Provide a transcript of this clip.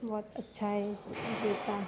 बहुत अच्छा हय जूता